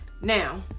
Now